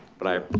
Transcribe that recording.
but i